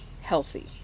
healthy